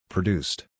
Produced